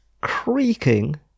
creaking